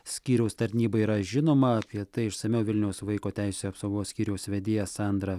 skyriaus tarnybai yra žinoma apie tai išsamiau vilniaus vaiko teisių apsaugos skyriaus vedėja sandra